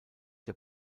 der